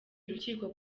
urukiko